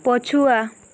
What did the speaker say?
ପଛୁଆ